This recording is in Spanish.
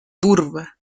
turba